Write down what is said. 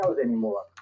anymore